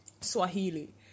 Swahili